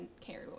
cared